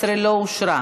17 לא אושרה.